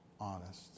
honest